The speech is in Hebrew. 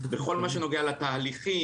בכל מה שנוגע לתהליכים,